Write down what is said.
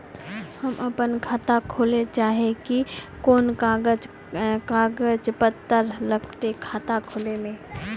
हम अपन खाता खोले चाहे ही कोन कागज कागज पत्तार लगते खाता खोले में?